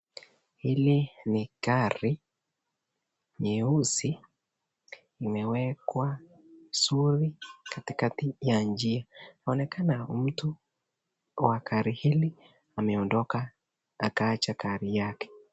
Hili ni gari nyeusi, limewekwa vizuri katikati ya njia, inaonekana mtu wa gari hili, ameondoka akaacha gari yake.